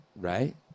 right